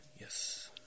Yes